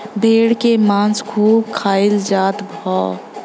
भेड़ के मांस खूब खाईल जात हव